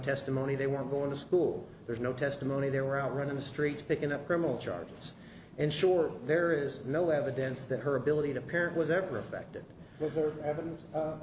testimony they were going to school there's no testimony they were out running the streets picking up criminal charges and sure there is no evidence that her ability to parent was ever affected by her evidence